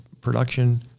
production